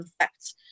effect